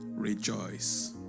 rejoice